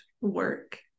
work